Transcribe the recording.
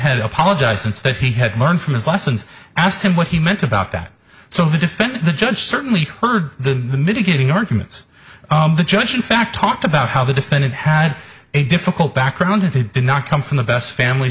had apologized and said he had learned from his lessons asked him what he meant about that so the defense the judge certainly heard the mitigating arguments the judge in fact talked about how the defendant had a difficult background if he did not come from the best family